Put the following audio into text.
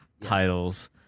titles